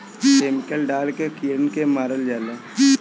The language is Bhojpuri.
केमिकल डाल के कीड़न के मारल जाला